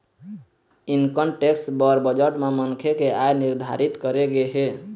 income tax बर budget म मनखे के आय निरधारित करे गे हे